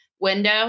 window